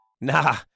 Nah